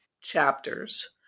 chapters